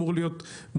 אמור להיות מהיר,